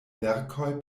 verkoj